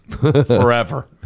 forever